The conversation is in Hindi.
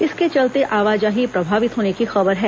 इसके चलते आवाजाही प्रभावित होने की खबर है